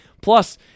Plus